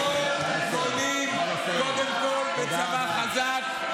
טרור מונעים קודם כול בצבא חזק,